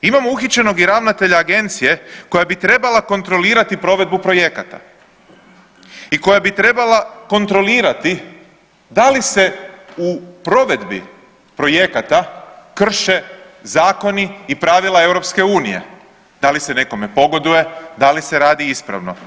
Imamo uhićenog i ravnatelja agencije koja bi trebala kontrolirati provedbu projekata i koja bi trebala kontrolirati da li se u provedbi projekata krše zakoni i pravila EU, da li se nekome pogoduje, da li se radi ispravno.